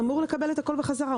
הציבור אמור לקבל הכול בחזרה,